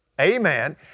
Amen